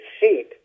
seat